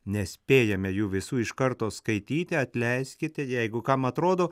nespėjame jų visų iš karto skaityti atleiskite jeigu kam atrodo